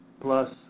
plus